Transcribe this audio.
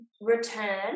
return